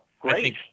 great